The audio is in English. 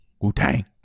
Wu-Tang